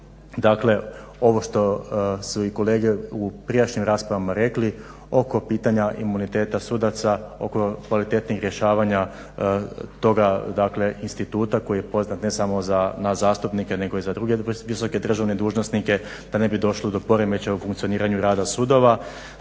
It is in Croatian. dakle ovo što su i kolege u prijašnjim raspravama rekli oko pitanja imuniteta sudaca, oko kvalitetnijih rješavanja toga dakle instituta koji je poznat ne samo na zastupnike nego i za druge visoke državne dužnosnike, da ne bi došlo do poremećaja u funkcioniranju rada sudova.